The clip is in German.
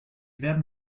werden